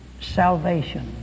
salvation